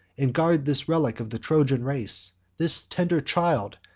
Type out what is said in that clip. and guard this relic of the trojan race, this tender child!